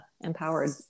empowered